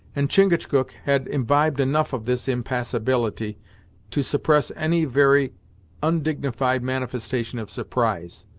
and chingachgook had imbibed enough of this impassibility to suppress any very undignified manifestation of surprise.